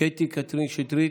קטי קטרין שטרית,